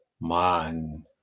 man